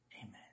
Amen